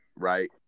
right